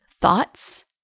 thoughts